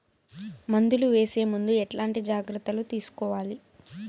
మందులు వేసే ముందు ఎట్లాంటి జాగ్రత్తలు తీసుకోవాలి?